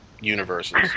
universes